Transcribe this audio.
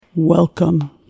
Welcome